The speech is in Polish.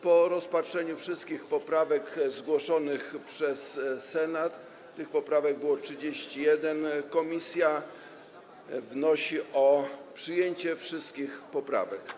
Po rozpatrzeniu wszystkich poprawek zgłoszonych przez Senat - tych poprawek było 31 - komisja wnosi o przyjęcie wszystkich poprawek.